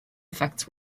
effects